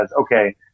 Okay